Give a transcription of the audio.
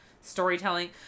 storytelling